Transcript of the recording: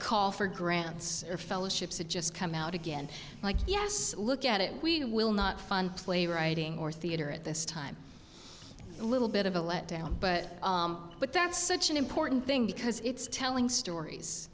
call for grants or fellowships that just come out again like yes look at it we will not fund playwriting or theater at this time a little bit of a letdown but but that's such an important thing because it's telling stories